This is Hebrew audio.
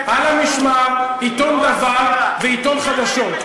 "על המשמר", עיתון "דבר" ועיתון "חדשות".